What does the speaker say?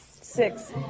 Six